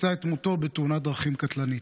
מצא את מותו בתאונת דרכים קטלנית.